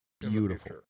Beautiful